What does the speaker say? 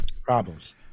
Problems